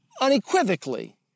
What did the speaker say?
unequivocally